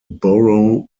borrow